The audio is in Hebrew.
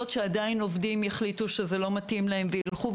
שעדיין עובדים יחליטו שזה לא מתאים להם וילכו,